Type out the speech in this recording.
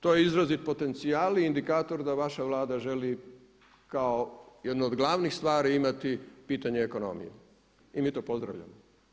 To je izrazit potencijal i indikator da vaša Vlada želi kao jednu od važnih stvari imati pitanje ekonomije i mi to pozdravljamo.